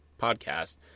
podcast